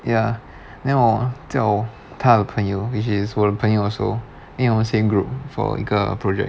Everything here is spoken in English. ya then 我叫她的朋友 which is 我的朋友 also 因为我们 same group for 一个 project